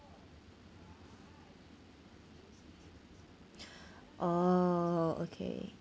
oh okay